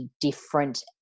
different